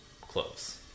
close